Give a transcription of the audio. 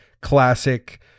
classic